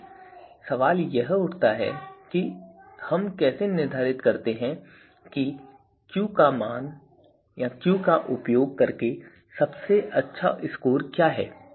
अब सवाल यह उठता है कि हम कैसे निर्धारित करते हैं कि माप Q का उपयोग करके सबसे अच्छा स्कोर क्या है